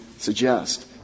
suggest